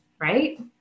right